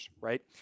right